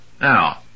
Now